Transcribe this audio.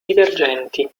divergenti